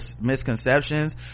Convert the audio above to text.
misconceptions